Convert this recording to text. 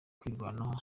kwirwanaho